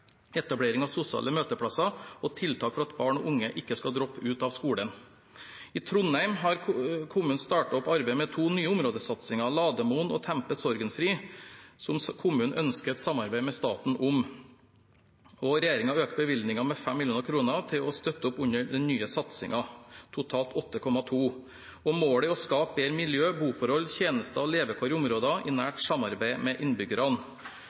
etablering av sosiale møteplasser og tiltak for at barn og unge ikke skal droppe ut av skolen. I Trondheim har kommunen startet opp arbeidet med to nye områdesatsinger, Lademoen og Tempe/Sorgenfri, som kommunen ønsker et samarbeid med staten om. Regjeringen øker bevilgningen med 5 mill. kr til å støtte opp under den nye satsingen – totalt 8,2 mill. kr. Målet er å skape bedre miljø, boforhold, tjenester og levekår i områder i nært samarbeid med innbyggerne.